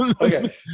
Okay